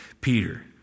Peter